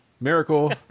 Miracle